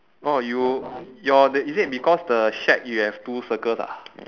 oh you your that is it because the shack you have two circles ah